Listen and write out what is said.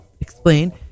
explain